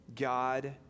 God